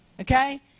okay